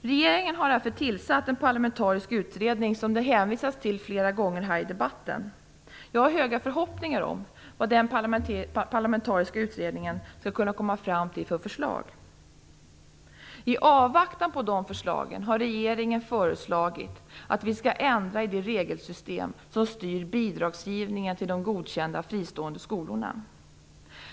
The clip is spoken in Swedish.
Regeringen har därför tillsatt den parlamentariska utredning som det hänvisats till flera gången här i debatten. Jag har höga förhoppningar på vad den parlamentariska utredningen skall kunna komma fram till för förslag. I avvaktan på de förslagen har regeringen föreslagit att vi skall ändra i det regelsystem som styr bidragsgivningen till de godkända fristående skolorna.